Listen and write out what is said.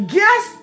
Guess